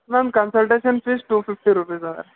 ನನ್ನ consultation fees two fifty rupees ಅದ ರೀ